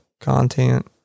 content